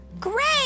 Great